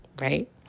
right